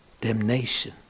Damnation